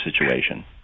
situation